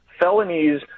felonies